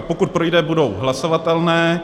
Pokud projde, budou hlasovatelné.